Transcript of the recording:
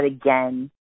again